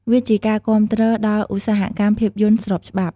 វាជាការគាំទ្រដល់ឧស្សាហកម្មភាពយន្តស្របច្បាប់។